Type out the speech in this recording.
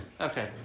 Okay